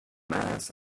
mass